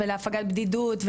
להפגת בדידות,